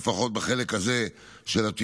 לפחות בחלק של התכנון,